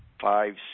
five